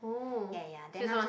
ya ya ya then after that